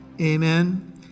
amen